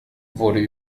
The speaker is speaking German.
wurde